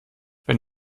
wenn